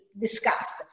discussed